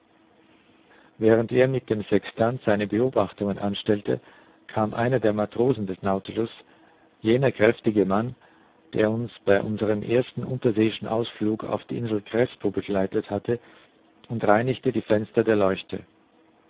während er mit dem sextant seine beobachtungen anstellte kam einer der matrosen des nautilus jener kräftige mann der uns bei unserem ersten unterseeischen ausflug auf die insel crespo begleitet hatte und reinigte die fenster der leuchte